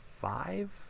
five